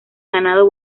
ganado